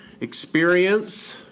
experience